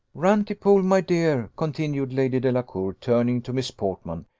rantipole, my dear, continued lady delacour, turning to miss portman,